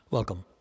Welcome